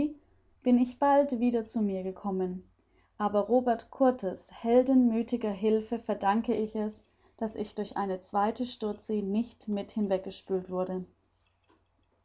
bin ich bald wieder zu mir gekommen aber robert kurtis heldenmüthiger hilfe verdanke ich es daß ich durch eine zweite sturzsee nicht mit hinweggespült wurde